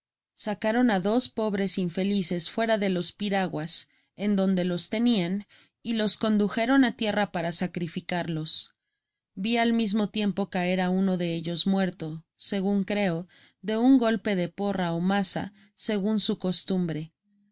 sacaron á dos pobres infelices fuera de los piraguas en donde los tenian y los condujeron á tierra para sacrificarlos vi al mismo tiempo caer á uno de ellos muerto segun creo de un golpe de porra ó maza segun su costumbre